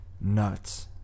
nuts